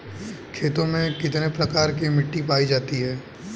खेतों में कितने प्रकार की मिटी पायी जाती हैं?